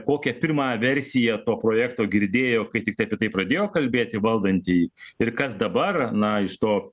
kokią pirmą versiją to projekto girdėjo kai tiktai apie tai pradėjo kalbėti valdantieji ir kas dabar na iš to